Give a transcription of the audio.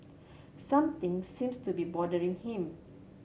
something seems to be bothering him